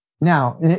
Now